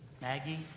Maggie